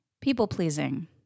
people-pleasing